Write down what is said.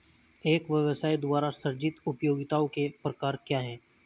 एक व्यवसाय द्वारा सृजित उपयोगिताओं के प्रकार क्या हैं?